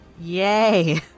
Yay